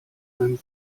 einem